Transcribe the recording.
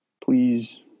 Please